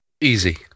Easy